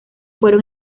fueron